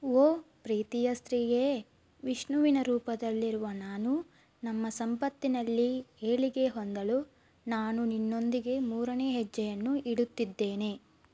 ಓ ಪ್ರೀತಿಯ ಸ್ತ್ರೀಯೇ ವಿಷ್ಣುವಿನ ರೂಪದಲ್ಲಿರುವ ನಾನು ನಮ್ಮ ಸಂಪತ್ತಿನಲ್ಲಿ ಏಳಿಗೆ ಹೊಂದಲು ನಾನು ನಿನ್ನೊಂದಿಗೆ ಮೂರನೇ ಹೆಜ್ಜೆಯನ್ನು ಇಡುತ್ತಿದ್ದೇನೆ